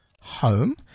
home